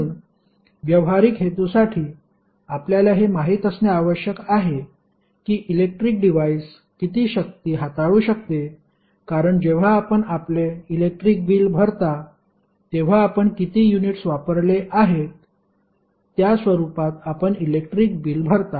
म्हणून व्यावहारिक हेतूसाठी आपल्याला हे माहित असणे आवश्यक आहे की इलेक्ट्रिक डिव्हाइस किती शक्ती हाताळू शकते कारण जेव्हा आपण आपले इलेक्ट्रिक बिल भरता तेव्हा आपण किती युनिट्स वापरले आहेत त्या स्वरूपात आपण इलेक्ट्रिक बिल भरता